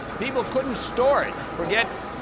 people couldn't store it. forget